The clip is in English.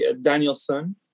Danielson